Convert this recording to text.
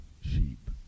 sheep